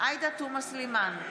עאידה תומא סלימאן,